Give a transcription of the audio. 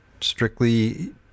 strictly